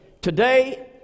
today